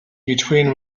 between